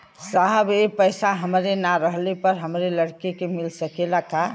साहब ए पैसा हमरे ना रहले पर हमरे लड़का के मिल सकेला का?